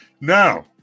Now